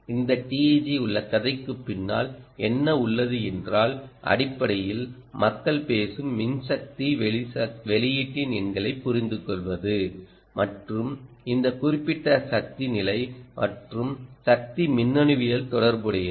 இந்த TEG உள்ள கதை க்குப் பின்னால் என்ன உள்ளது என்றால் அடிப்படையில் மக்கள் பேசும் மின்சக்தி வெளியீட்டின் எண்களைப் புரிந்துகொள்வது மற்றும் இந்த குறிப்பிட்ட சக்தி நிலை மற்றும் சக்தி மின்னணுவியல் தொடர்புடையது